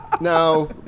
Now